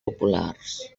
populars